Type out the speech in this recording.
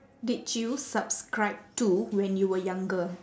did you subscribe to when you were younger